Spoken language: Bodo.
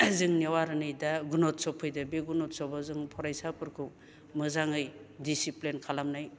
जोंनियाव आरो नै दा गुन'त्सब फैदों बे गुनत्सबाव जों फरायसाफोरखौ मोजाङै डिसिप्लिन खालामनाय